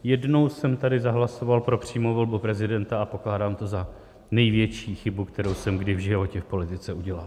Jednou jsem tady zahlasoval pro přímou volbu prezidenta a pokládám to za největší chybu, kterou jsem kdy v životě v politice udělal.